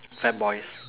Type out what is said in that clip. fat boys